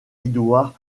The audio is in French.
edward